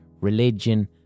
religion